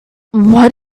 what